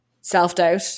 self-doubt